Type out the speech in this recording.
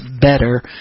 better